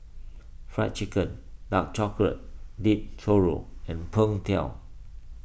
Fried Chicken Dark Chocolate Dipped Churro and Png Tao